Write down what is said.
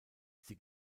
sie